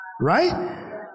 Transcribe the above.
Right